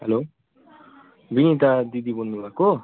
hello Binita दिदी बोल्नु भएको